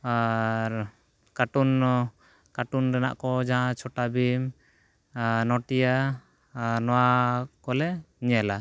ᱟᱨ cartoon cartoon ᱨᱮᱱᱟᱜ ᱠᱚ ᱡᱟᱦᱟᱸ ᱪᱷᱳᱴᱟ ᱵᱷᱤᱢ ᱱᱳᱴᱤᱭᱟ ᱟᱨ ᱱᱚᱣᱟ ᱠᱚᱞᱮ ᱧᱮᱞᱟ